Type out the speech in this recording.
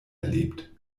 erlebt